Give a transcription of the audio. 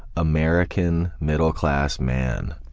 american middle-class man.